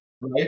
Right